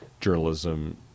journalism